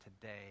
today